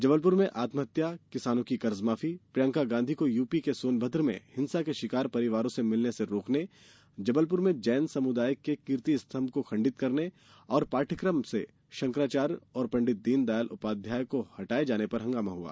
जबलपुर में आत्महत्या किसानों की कर्जमाफी प्रियंका गांधी को यूपी के सोनभद्र में हिंसा के शिकार परिवारों से मिलने से रोकने जबलपुर में जैन समुदाय के कीर्ति स्तंभ को खण्डित करने और पाठयक्रम से शंकराचार्य और पंडित दीनदयाल उपाध्याय अध्याय को हटाए पर हंगामा हुआ